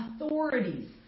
authorities